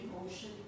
emotion